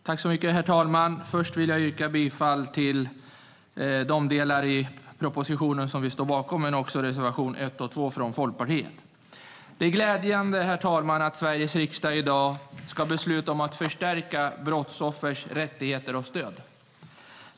Herr talman! Jag vill först yrka bifall till de delar i propositionen som vi står bakom och också reservationerna 1 och 2 från Folkpartiet. Herr talman! Det är glädjande att Sveriges riksdag i dag ska besluta om att förstärka brottsoffers rättigheter och stöd.